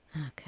Okay